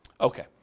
Okay